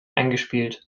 eingespielt